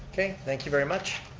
okay, thank you very much.